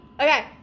Okay